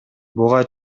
буга